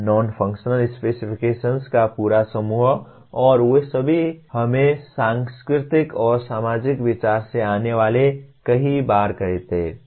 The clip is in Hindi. नॉन फंक्शनल स्पेसिफिकेशन्स का पूरा समूह और वे सभी हमें सांस्कृतिक और सामाजिक विचार से आने वाले कई बार कहते हैं